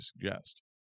suggest